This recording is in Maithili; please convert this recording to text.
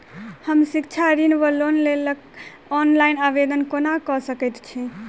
हम शिक्षा ऋण वा लोनक लेल ऑनलाइन आवेदन कोना कऽ सकैत छी?